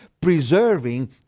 preserving